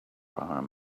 arm